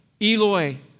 Eloi